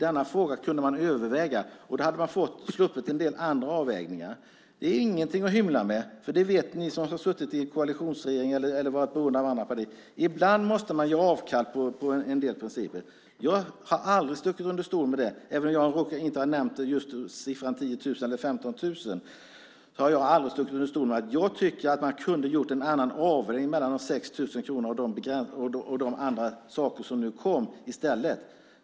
Denna fråga kunde man överväga, och då hade man sluppit en del andra avvägningar. Det är ingenting att hymla med. Det vet ni som har suttit i en koalitionsregering eller varit beroende av ett annat parti. Ibland måste man göra avkall på en del principer. Jag har aldrig stuckit under stol med det. Även om jag inte har nämnt just summan 10 000 eller 15 000 har jag aldrig stuckit under stol med att jag tycker att man kunde ha gjort en annan avvägning mellan de 6 000 kronor och de andra saker som kom i stället.